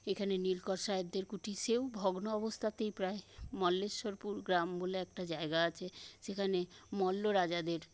এখানে নীলকর সাহেবদের কুঠি সেও ভগ্ন অবস্থাতেই প্রায় মল্লেশ্বরপুর গ্রাম বলে একটা জায়গা আছে সেখানে মল্লরাজাদের